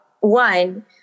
one